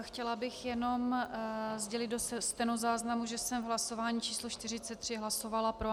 Chtěla bych jenom sdělit do stenozáznamu, že jsem v hlasování číslo 43 hlasovala pro.